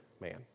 man